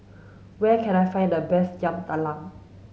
where can I find the best Yam Talam